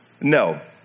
No